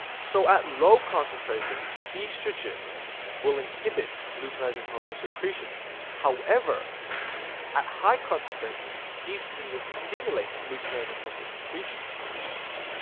so at low concentrations estrogen will inhibit luteinizing hormone secretion however at high concentrations, estrogen will stimulate luteinizing hormone secretion